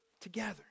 together